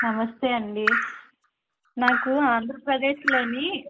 నమస్తే అండి నాకు ఆంధ్రప్రదేశ్లోని